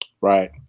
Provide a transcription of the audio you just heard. right